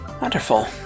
Wonderful